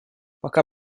пока